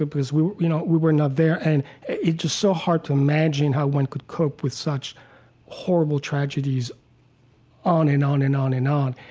ah because we you know we were not there, and it's just so hard to imagine how one could cope with such horrible tragedies on, and on, and on, and on.